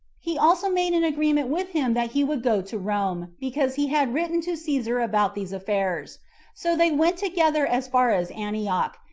he also made an agreement with him that he would go to rome, because he had written to caesar about these affairs so they went together as far as antioch,